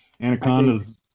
Anaconda's